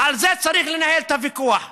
ועל זה צריך לנהל את הוויכוח.